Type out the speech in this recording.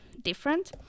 different